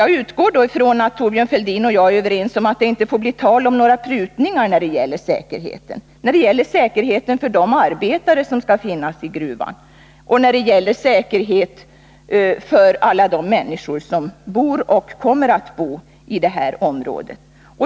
Jag utgår från att Thorbjörn Fälldin och jag är överens om att det inte får bli tal om några prutningar när det gäller säkerheten för de arbetare som skall jobba i gruvan och för alla de människor som bor och som kommer att bo i området.